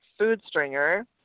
foodstringer